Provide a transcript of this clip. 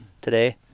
today